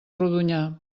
rodonyà